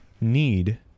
need